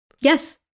Yes